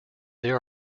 there